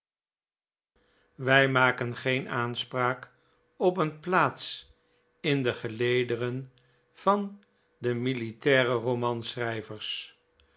ij maken geen aanspraak op een plaats in de gelederen van de militaire